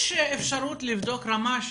יש אפשרות לבדוק רמה,